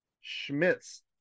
Schmitz